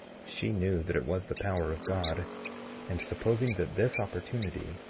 she knew that it was the power of god and supposing that this opportunity,